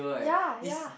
ya ya